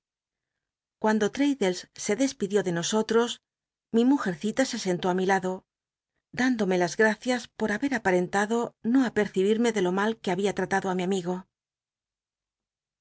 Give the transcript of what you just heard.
mdo l'raddlcs se despidió de nosotaos mi mujca cita se sentó á mi lado dándome las gaacias por haber aparentado no apcrcibilmc de lo mal que babia lralado á mi amigo